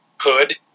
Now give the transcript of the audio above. hood